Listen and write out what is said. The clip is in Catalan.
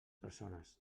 persones